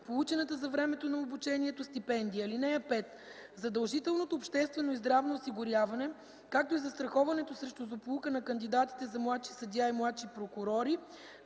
получената за времето на обучението стипендия. (5) Задължителното обществено и здравно осигуряване, както и застраховането срещу злополука на кандидатите за младши съдии и младши прокурори